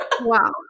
Wow